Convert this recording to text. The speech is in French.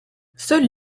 seules